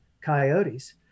coyotes